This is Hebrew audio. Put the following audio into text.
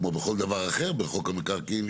כמו בכל דבר אחר בחוק המקרקעין,